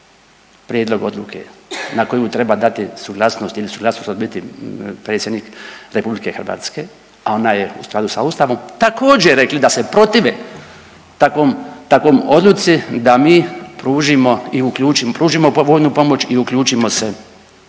prijedlog odluke na koju treba dati suglasnost ili suglasnost odbiti Predsjednik RH, a ona je u skladu sa Ustavom, također, rekli da se protive takvom odluci da mi pružimo i .../nerazumljivo/...